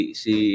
si